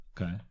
Okay